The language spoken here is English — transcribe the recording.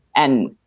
and.